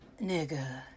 Nigga